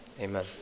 Amen